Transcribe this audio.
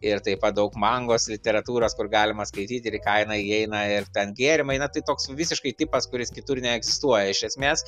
ir taip pat daug mangos literatūros kur galima skaityt į kainą įeina ir ten gėrimai na tai toks visiškai tipas kuris kitur neegzistuoja iš esmės